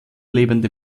lebende